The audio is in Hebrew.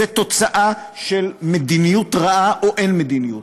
זאת תוצאה של מדיניות רעה, או אין-מדיניות.